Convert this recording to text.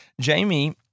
Jamie